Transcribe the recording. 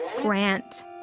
Grant